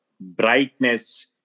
Brightness